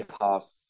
half